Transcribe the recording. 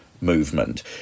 movement